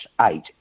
eight